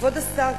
כבוד השר,